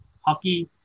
hockey